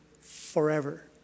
forever